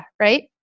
right